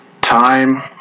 time